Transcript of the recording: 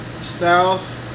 Styles